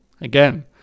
again